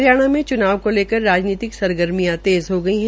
हरियाणा में च्नाव को लेकर राजनीतिक सरगर्मिया तेज़ हो गई है